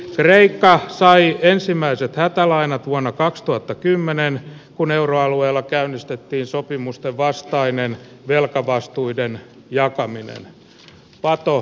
kreikka sai ensimmäiset hätälainat vuonna kaksituhattakymmenen kun euro alueella käynnistettiin sopimusten vastainen velkavastuiden jakaminen varto